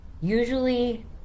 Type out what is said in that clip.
usually